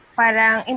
parang